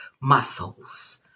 muscles